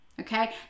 okay